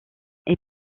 est